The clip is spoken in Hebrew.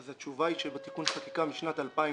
בתיקון החקיקה משנת 2011